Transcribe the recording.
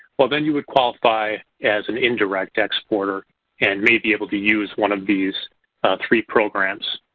well, then you would qualify as an indirect exporter and may be able to use one of these three programs.